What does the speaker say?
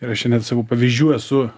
ir aš čia net savo pavyzdžių esu